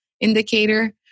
indicator